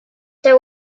there